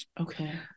okay